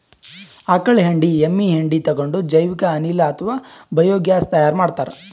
ಆಕಳ್ ಹೆಂಡಿ ಎಮ್ಮಿ ಹೆಂಡಿ ತಗೊಂಡ್ ಜೈವಿಕ್ ಅನಿಲ್ ಅಥವಾ ಬಯೋಗ್ಯಾಸ್ ತೈಯಾರ್ ಮಾಡ್ತಾರ್